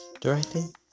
directing